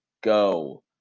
go